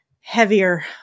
heavier